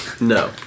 No